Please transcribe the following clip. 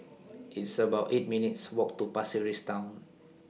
It's about eight minutes' Walk to Pasir Ris Town